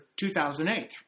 2008